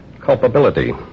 culpability